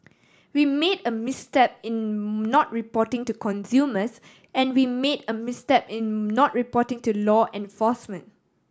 we made a misstep in not reporting to consumers and we made a misstep in not reporting to law enforcement